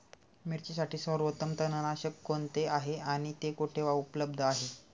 मिरचीसाठी सर्वोत्तम तणनाशक कोणते आहे आणि ते कुठे उपलब्ध आहे?